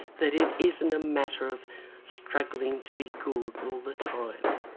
that it isn't a matter of struggling to be good all the time,